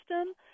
system